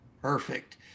Perfect